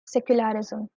secularism